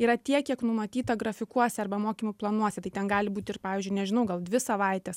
yra tiek kiek numatyta grafikuose arba mokymų planuose tai ten gali būti ir pavyzdžiui nežinau gal dvi savaitės